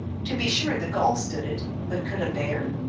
to be sure the gull stood it, but could a bear?